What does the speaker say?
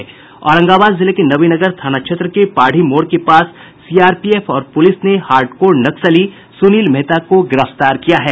औरंगाबाद जिले के नवीनगर थाना क्षेत्र के पाढ़ी मोड़ के पास सीआरपीएफ और पुलिस ने हार्डकोर नक्सली सुनील मेहता को गिरफ्तार किया है